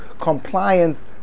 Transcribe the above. compliance